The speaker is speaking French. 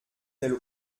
elle